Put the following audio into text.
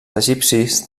egipcis